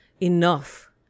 enough